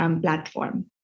platform